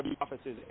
offices